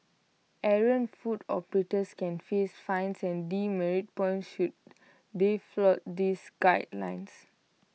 errant food operators can face fines and demerit points should they flout these guidelines